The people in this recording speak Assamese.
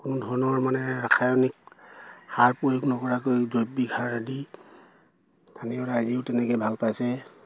কোনো ধৰণৰ মানে ৰাসায়নিক সাৰ প্ৰয়োগ নকৰাকৈ জৈৱিক সাৰে দি সানিও ৰাইজেও তেনেকৈ ভাল পাইছে